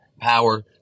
power